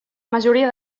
majoria